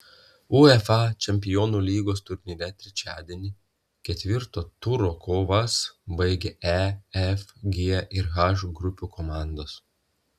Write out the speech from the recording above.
uefa čempionų lygos turnyre trečiadienį ketvirto turo kovas baigė e f g ir h grupių komandos